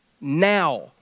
now